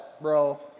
bro